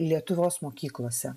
lietuvos mokyklose